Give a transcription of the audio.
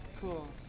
Cool